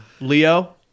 Leo